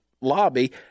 lobby